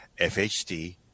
FHD